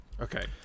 Okay